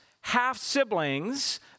half-siblings